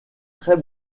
très